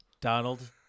Donald